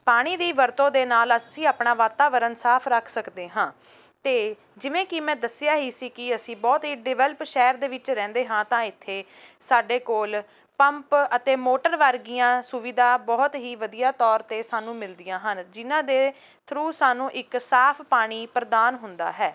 ਪਾਣੀ ਦੀ ਵਰਤੋਂ ਦੇ ਨਾਲ ਅਸੀਂ ਆਪਣਾ ਵਾਤਾਵਰਨ ਸਾਫ ਰੱਖ ਸਕਦੇ ਹਾਂ ਅਤੇ ਜਿਵੇਂ ਕਿ ਮੈਂ ਦੱਸਿਆ ਹੀ ਸੀ ਕਿ ਅਸੀਂ ਬਹੁਤ ਹੀ ਡਿਵੈਲਪ ਸ਼ਹਿਰ ਦੇ ਵਿੱਚ ਰਹਿੰਦੇ ਹਾਂ ਤਾਂ ਇੱਥੇ ਸਾਡੇ ਕੋਲ ਪੰਪ ਅਤੇ ਮੋਟਰ ਵਰਗੀਆਂ ਸੁਵਿਧਾ ਬਹੁਤ ਹੀ ਵਧੀਆ ਤੌਰ 'ਤੇ ਸਾਨੂੰ ਮਿਲਦੀਆਂ ਹਨ ਜਿਹਨਾਂ ਦੇ ਥਰੂ ਸਾਨੂੰ ਇੱਕ ਸਾਫ ਪਾਣੀ ਪ੍ਰਦਾਨ ਹੁੰਦਾ ਹੈ